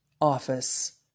office